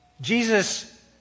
Jesus